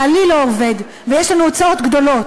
בעלי לא עובד, ויש לנו הוצאות גדולות.